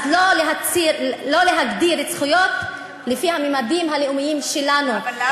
לא להגדיר זכויות לפי הממדים הלאומיים שלנו,